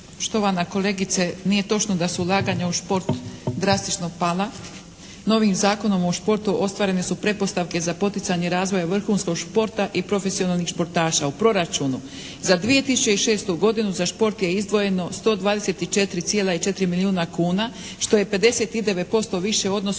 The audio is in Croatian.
štovana kolegice. Nije točno da su ulaganja u šport drastično pala. Novim Zakonom o športu ostvarene su pretpostavke za poticanje razvoja vrhunskog sporta i profesionalnih športaša. U proračunu za 2006. godinu za šport je izdvojeno 124,4 milijuna kuna što je 59% više u odnosu